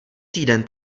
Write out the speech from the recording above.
týden